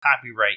Copyright